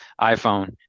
iPhone